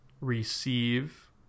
receive